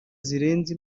zirenze